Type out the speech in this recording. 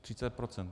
Třicet procent.